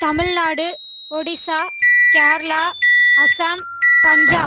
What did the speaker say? Tamil Nadu Odisha Kerala Assam Punjab